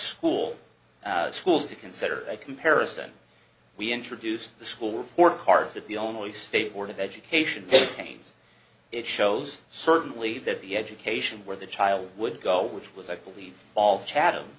school schools to consider by comparison we introduced the school report cards at the only state board of education take pains it shows certainly that the education where the child would go which was i believe all chat